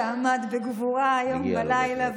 שעמד בגבורה הלילה,